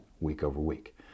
week-over-week